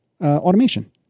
automation